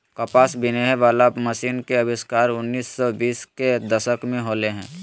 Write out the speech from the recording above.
कपास बिनहे वला मशीन के आविष्कार उन्नीस सौ बीस के दशक में होलय हल